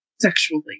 sexually